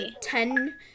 ten